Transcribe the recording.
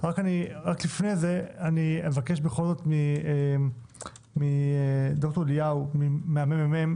רק לפני זה אני אבקש מד"ר אילה אליהו מהמ.מ.מ